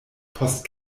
post